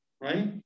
right